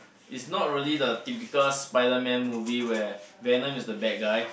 is not really the typical Spiderman movie where Venom is the bad guy